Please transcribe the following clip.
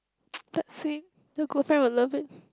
the girlfriend will love it